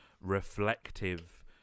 reflective